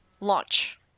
launch